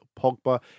Pogba